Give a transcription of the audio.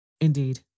Indeed